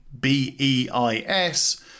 BEIS